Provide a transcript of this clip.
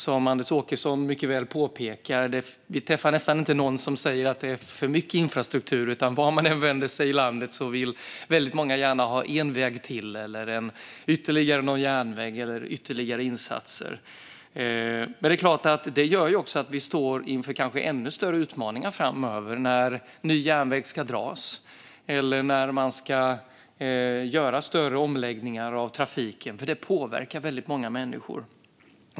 Som Anders Åkesson mycket väl påpekar träffar vi nästan inte någon som säger att det finns för mycket infrastruktur, utan vart man än vänder sig i landet vill många gärna ha en väg till, ytterligare någon järnväg eller ytterligare insatser. Men det innebär såklart också att vi står inför ännu större utmaningar framöver, när ny järnväg ska dras eller när man ska göra större omläggningar av trafiken. Det påverkar väldigt många människor.